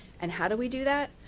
and how do we do that?